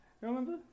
Remember